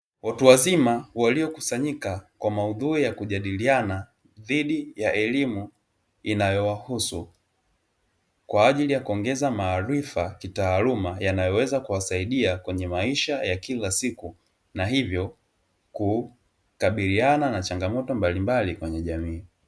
Watu wazima waliokusanyika kwa maudhui ya kujidaliana dhidi ya elimu inayowahusu kwa ajili ya kuongeza maarifa kitaaluma yanayoweza kuwasaidia kwenye maisha ya kila siku, na hivyo kukabiliana na changamoto mbalimbali kwenye jamii.